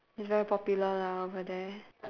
it's very popular lah over there